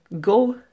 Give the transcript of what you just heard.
go